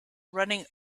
running